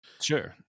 sure